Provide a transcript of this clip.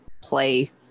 play